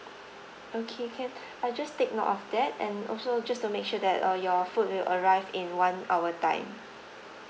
okay can I just take note of that and also just to make sure that uh your food will arrive in one hour time